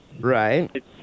Right